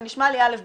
זה נשמע לי א-ב,